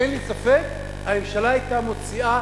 אין לי ספק שהממשלה היתה מוציאה